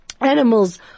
animals